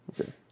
Okay